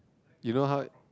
you know how